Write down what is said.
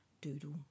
doodle